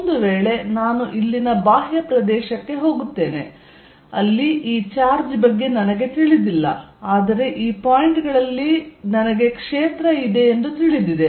ಒಂದು ವೇಳೆ ನಾನು ಇಲ್ಲಿನ ಬಾಹ್ಯ ಪ್ರದೇಶಕ್ಕೆ ಹೋಗುತ್ತೇನೆ ಅಲ್ಲಿ ಈ ಚಾರ್ಜ್ ಬಗ್ಗೆ ನನಗೆ ತಿಳಿದಿಲ್ಲ ಆದರೆ ಈ ಪಾಯಿಂಟ್ ಗಳಲ್ಲಿ ನನಗೆ ಕ್ಷೇತ್ರ ತಿಳಿದಿದೆ